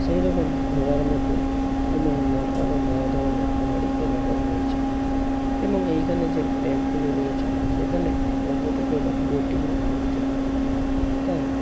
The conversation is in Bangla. সেই রকম ঘোরার মতো এবং নানা আরো নানা ধরনের পাহাড়ি এলাকাও রয়েছে এবং এইখানে যে ড্যাম্পগুলো রয়েছে সেখানে পর্যটকেরা বোটিংও করতে পারেন তাই